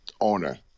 owner